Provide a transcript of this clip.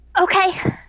Okay